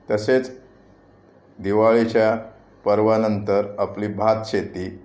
तसेच दिवाळीच्या पर्वानंतर आपली भात शेती